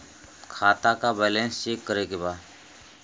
खाता का balance check करे के बा?